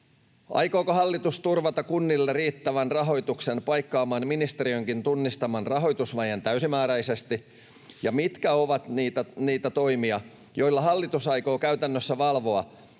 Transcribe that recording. Aikooko hallitus turvata kunnille riittävän rahoituksen paikkaamaan ministeriönkin tunnistaman rahoitusvajeen täysimääräisesti? Mitkä ovat niitä toimia, joilla hallitus aikoo käytännössä valvoa,